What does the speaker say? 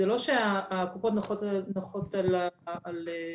זה לא שקופות החולים נחות על השמרים,